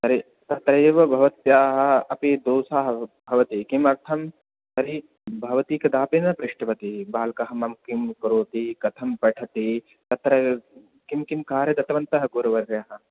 तर्हि अत्रैव भवत्याः अपि दोषाः भवति किमर्थं तर्हि भवती कदापि न पृष्टवती बालकाः मम किं करोति कथं पठति तत्र किं किं कार्यं दत्तवन्तः गुरुवर्याः